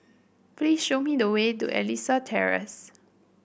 please show me the way to Elias Terrace